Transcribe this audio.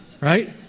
Right